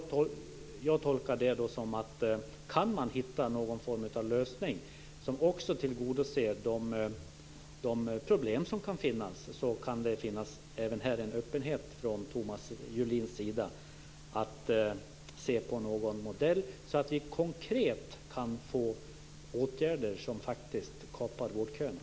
Jag tolkar det så, att om man kan hitta någon form av lösning som tillgodoser de problem som kan finnas, ställer sig Thomas Julin öppen inför en modell som konkret kan kapa vårdköerna.